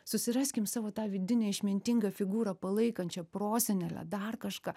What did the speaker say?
susiraskim savo tą vidinę išmintingą figūrą palaikančią prosenelę dar kažką